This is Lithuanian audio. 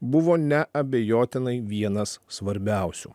buvo neabejotinai vienas svarbiausių